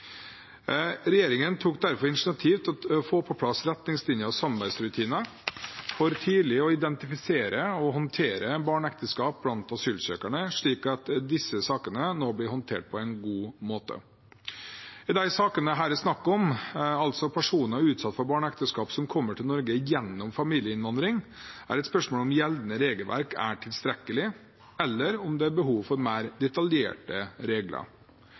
Regjeringen tok derfor initiativ til å få på plass retningslinjer og samarbeidsrutiner for tidlig å identifisere og håndtere barneekteskap blant asylsøkerne, slik at disse sakene nå blir håndtert på en god måte. I de sakene det her er snakk om, altså personer utsatt for barneekteskap som kommer til Norge gjennom familieinnvandring, er det et spørsmål om gjeldende regelverk er tilstrekkelig, eller om det er behov for mer detaljerte regler.